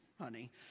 honey